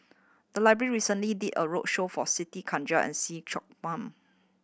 the library recently did a roadshow for Siti Khalijah and See Chak Mun